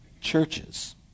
churches